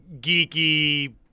geeky